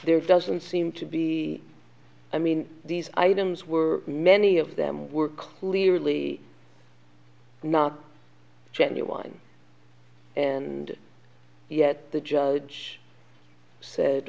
there doesn't seem to be i mean these items were many of them were clearly not genuine and yet the judge said